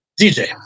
DJ